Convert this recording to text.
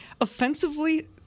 offensively